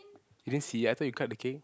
you didn't see I thought you cut the cake